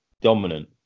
dominant